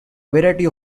variety